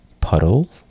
puddle